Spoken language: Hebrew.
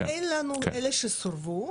אין לנו אלה שסורבו.